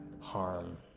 harm